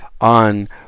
on